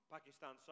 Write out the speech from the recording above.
Pakistan